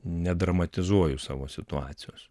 nedramatizuoju savo situacijos